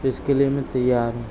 इसके लिए मैं तैयार हूँ